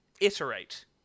iterate